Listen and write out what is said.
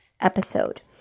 episode